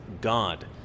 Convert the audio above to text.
God